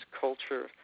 culture